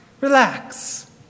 Relax